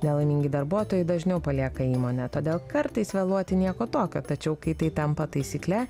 nelaimingi darbuotojai dažniau palieka įmonę todėl kartais vėluoti nieko tokio tačiau kai tai tampa taisykle